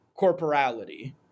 corporality